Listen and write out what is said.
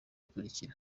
ikurikira